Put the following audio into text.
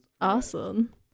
Awesome